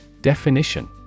Definition